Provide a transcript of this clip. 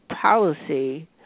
policy